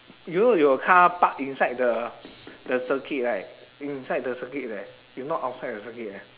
you know your car park inside the the circuit right inside the circuit leh it's not outside the circuit leh